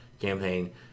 campaign